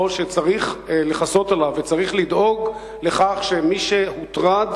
וצריך לכסות עליו וצריך לדאוג לכך שמי שהוטרד